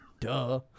Duh